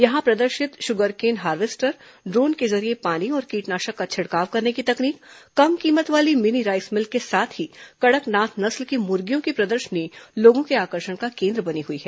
यहां प्रदर्शित sugarcane harvester drone के जरिये पानी और कीटनाशक का छिड़काव करने की तकनीक कम कीमत वाली मिनी राईस मिल के साथ ही कड़कनाथ नस्ल की मुर्गियों की प्रदर्शनी लोगों के आकर्षण का केन्द्र बनी हुई है